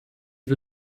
wir